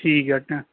ठीक ऐ